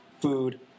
food